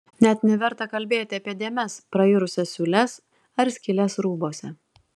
net neverta kalbėti apie dėmes prairusias siūles ar skyles rūbuose